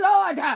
Lord